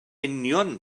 union